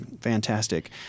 fantastic